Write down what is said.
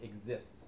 exists